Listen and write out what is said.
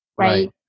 Right